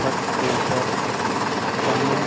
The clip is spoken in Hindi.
छत के ऊपर दाना